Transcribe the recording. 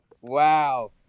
Wow